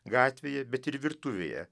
gatvėje bet ir virtuvėje